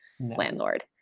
landlord